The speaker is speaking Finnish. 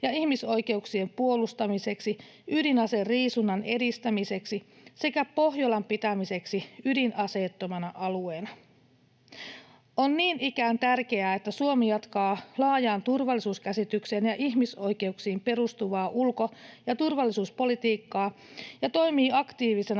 ja ihmisoikeuksien puolustamiseksi, ydinaseriisunnan edistämiseksi sekä Pohjolan pitämiseksi ydinaseettomana alueena. On niin ikään tärkeää, että Suomi jatkaa laajaan turvallisuuskäsitykseen ja ihmisoikeuksiin perustuvaa ulko- ja turvallisuuspolitiikkaa ja toimii aktiivisena